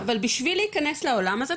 אבל בשביל להיכנס לעולם הזה,